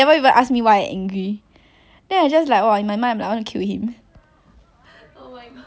exactly it's like you don't want to enter a relationship because you know that you need to deal with such shit